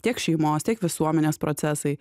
tiek šeimos tiek visuomenės procesai